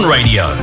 Radio